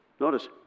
Notice